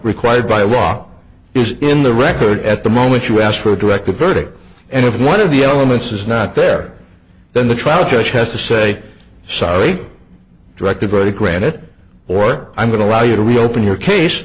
required by law is in the record at the moment you ask for a directed verdict and if one of the elements is not there then the trial judge has to say sorry directed by the granite or i'm going to allow you to reopen your case